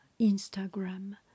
Instagram